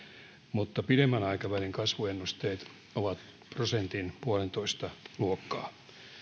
mutta pidemmän aikavälin kasvuennusteet ovat prosentin puolentoista luokkaa